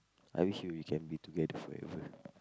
I wish we can be together forever